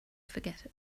forget